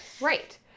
right